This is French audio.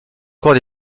encore